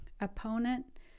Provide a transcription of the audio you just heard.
opponent